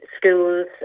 schools